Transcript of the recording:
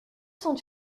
sont